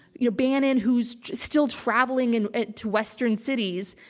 you know, bannon who's still traveling and to western cities,